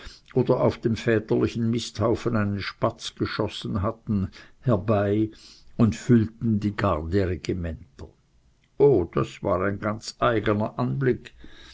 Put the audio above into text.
oder auf dem väterlichen misthaufen einen spatz geschossen hatten herbei und füllten die garderegimenter o das war ein ganz eigener anblick